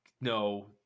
no